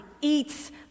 eats